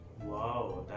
Wow